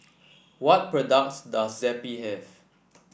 what products does Zappy have